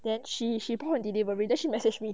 then she she and deliver readership message me